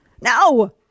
No